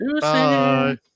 Bye